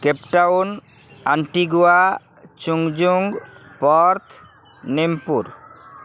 Cape Town Antigua ଚୁଙ୍ଗ୍ଜୁଙ୍ଗ୍ Perth ନେମ୍ପୁର